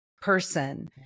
person